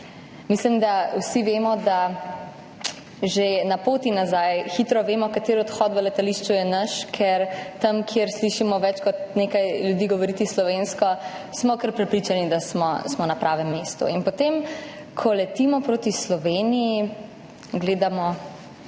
Mislim, da vsi vemo, da že na poti nazaj hitro vemo, kateri odhod na letališču je naš, ker tam, kjer slišimo več kot nekaj ljudi govoriti slovensko, smo kar prepričani, da smo na pravem mestu. In ko potem letimo proti Sloveniji, gledamo